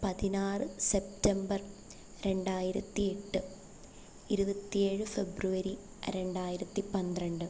പതിനാറ് സെപ്റ്റംബർ രണ്ടായിരത്തിയെട്ട് ഇരുപത്തിയേഴ് ഫെബ്രുവരി രണ്ടായിരത്തി പന്ത്രണ്ട്